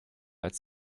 als